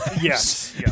Yes